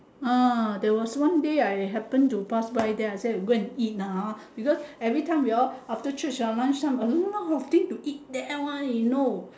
uh there was one day I happen to pass by there I said we go and eat ah hor because every time we all after church lunch time a lot of things to eat there one you know